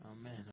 Amen